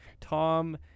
Tom